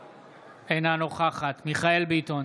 אינה נוכחת מיכאל מרדכי ביטון,